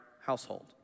household